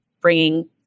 bringing